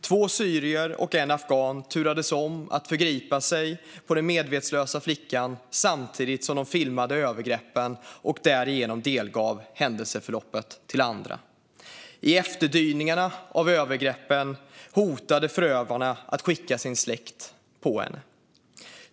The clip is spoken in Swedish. Två syrier och en afghan turades om att förgripa sig på den medvetslösa flickan samtidigt som de filmade övergreppen och därigenom delgav andra händelseförloppet. I efterdyningarna av övergreppen hotade förövarna att skicka sin släkt på henne.